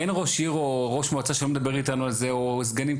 אין ראש עיר או ראש מועצה שלא מדבר איתנו על זה או סגנים.